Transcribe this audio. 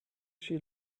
she